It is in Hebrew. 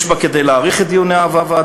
יש בה כדי להאריך את דיוני הוועדה,